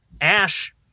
Ash